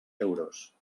euros